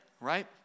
Right